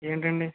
ఏంటండీ